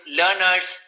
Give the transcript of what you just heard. learners